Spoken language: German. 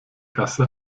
gasse